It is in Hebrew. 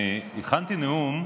אני הכנתי נאום,